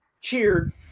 cheered